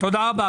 תודה רבה.